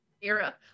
Era